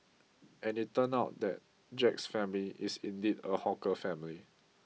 and it turned out that Jack's family is indeed a hawker family